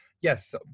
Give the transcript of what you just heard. Yes